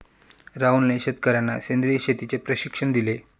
राहुलने शेतकर्यांना सेंद्रिय शेतीचे प्रशिक्षण दिले